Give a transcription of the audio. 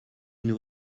nous